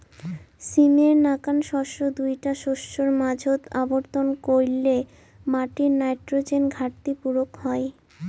সীমের নাকান শস্য দুইটা শস্যর মাঝোত আবর্তন কইরলে মাটির নাইট্রোজেন ঘাটতি পুরুক হই